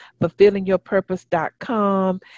fulfillingyourpurpose.com